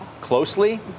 closely